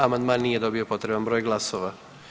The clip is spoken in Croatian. Amandman nije dobio potreban broj glasova.